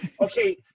okay